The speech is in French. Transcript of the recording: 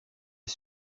est